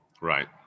right